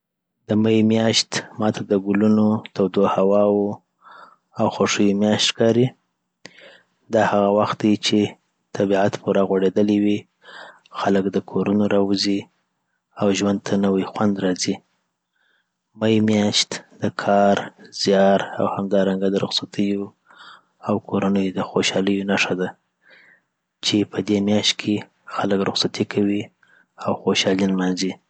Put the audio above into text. دمی میاشت ماته د ګلونو، تودو هواوو او خوښیو میاشت ښکاري دا هغه وخت دی چې طبیعت پوره غوړېدلی وي، خلک د کورونو را وځي، او ژوند ته نوی خوند راځي می میاشت د کار، زیار، او همدارنګه د رخصتیو او کورنیو .دخوشحالۍ نښه ده چی پدی میاشتی کی خلک رخصتی کوی اوخوشحالی کوی لمانځی